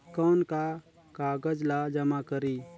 कौन का कागज ला जमा करी?